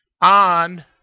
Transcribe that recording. on